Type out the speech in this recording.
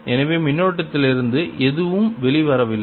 எனவே மின்னோட்டத்திலிருந்து எதுவும் வெளிவரவில்லை